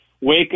wake